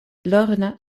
lorna